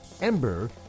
ember